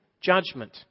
judgment